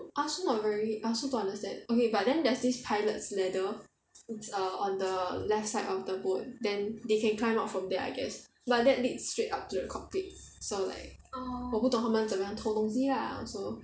I also not very I also don't understand okay but there's this pirate's ladder err it's on the left side of the boat then they can climb up from there I guess but that leads straight up to the cockpit so like 我不懂他们怎么样偷东西 lah so